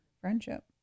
friendship